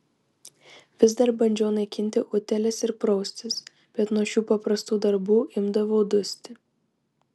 vis dar bandžiau naikinti utėles ir praustis bet nuo šių paprastų darbų imdavau dusti